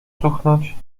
cuchnąć